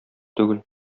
түгел